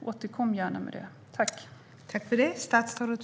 Återkom gärna med det!